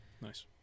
Nice